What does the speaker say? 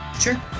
Sure